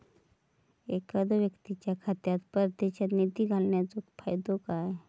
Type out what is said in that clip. एखादो व्यक्तीच्या खात्यात परदेशात निधी घालन्याचो फायदो काय?